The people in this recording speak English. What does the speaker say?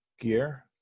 gear